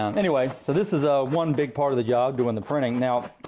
um anyway, so this is ah one big part of the job during the printing. now,